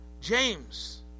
James